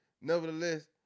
nevertheless